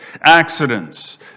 accidents